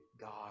God